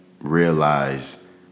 realize